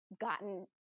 gotten